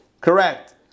Correct